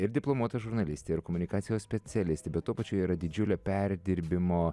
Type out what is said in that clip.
ir diplomuota žurnalistė ir komunikacijos specialistė bet tuo pačiu yra didžiulė perdirbimo